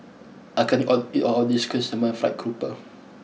I can't eat all eat all of this Chrysanthemum Fried Grouper